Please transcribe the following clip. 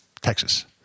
Texas